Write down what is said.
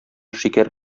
шикәр